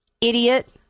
idiot